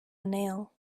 nail